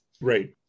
Right